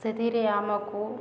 ସେଥିରେ ଆମକୁ